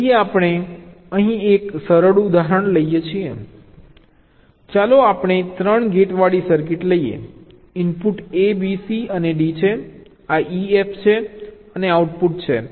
તેથી આપણે અહીં એક સરળ ઉદાહરણ લઈએ ચાલો આપણે 3 ગેટવાળી સર્કિટ લઈએ ઇનપુટ A B C અને D છે આ E F છે અને આઉટપુટ છે